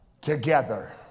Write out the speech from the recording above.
together